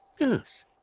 Yes